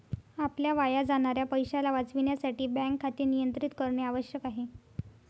आपल्या वाया जाणाऱ्या पैशाला वाचविण्यासाठी बँक खाते नियंत्रित करणे आवश्यक आहे